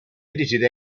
edited